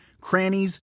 crannies